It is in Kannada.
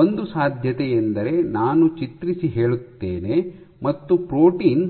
ಒಂದು ಸಾಧ್ಯತೆಯೆಂದರೆ ನಾನು ಚಿತ್ರಿಸಿ ಹೇಳುತ್ತೇನೆ ಮತ್ತು ಪ್ರೋಟೀನ್